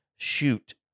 Shoot